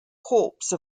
corpse